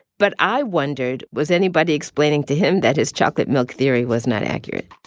but i wondered, was anybody explaining to him that his chocolate milk theory was not accurate?